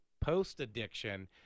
post-addiction